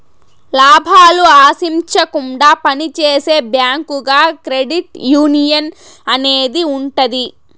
లాభాలు ఆశించకుండా పని చేసే బ్యాంకుగా క్రెడిట్ యునియన్ అనేది ఉంటది